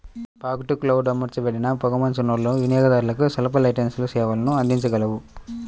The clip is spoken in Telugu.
ఫాగ్ టు క్లౌడ్ అమర్చబడిన పొగమంచు నోడ్లు వినియోగదారులకు స్వల్ప లేటెన్సీ సేవలను అందించగలవు